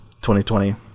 2020